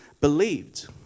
believed